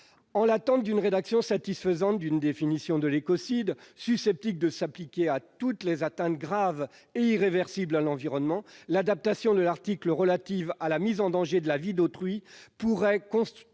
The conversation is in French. Dans l'attente d'une rédaction satisfaisante de la définition de l'écocide, susceptible de s'appliquer à toutes les atteintes graves et irréversibles à l'environnement, l'adaptation de l'article relatif à la mise en danger de la vie d'autrui pourrait constituer